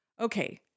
Okay